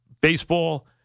baseball